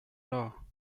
law